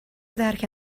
درک